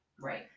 Right